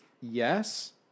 yes